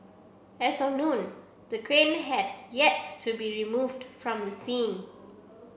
as of noon the crane had yet to be removed from the scene